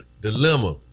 Dilemma